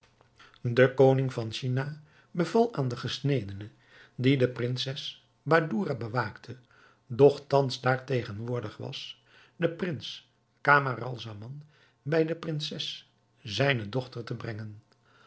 de koning van china beval aan den gesnedene die de prinses badoura bewaakte doch thans daar tegenwoordig was den prins camaralzaman bij de prinses zijne dochter te brengen